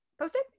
posted